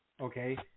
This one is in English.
Okay